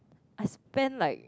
I spend like